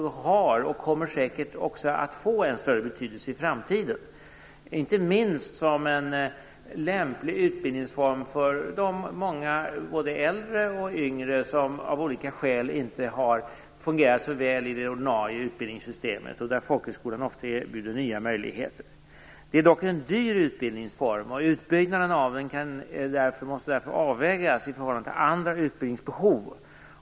Och den kommer säkert att få en större betydelse i framtiden, inte minst som en lämplig utbildningsform för de många äldre och yngre som av olika skäl inte har fungerat så väl i det ordinarie utbildningssystemet. Folkhögskolan erbjuder ofta nya möjligheter. Det är dock en dyr utbildningsform. Utbyggnaden av den måste därför avvägas i förhållande till andra utbildningsbehov.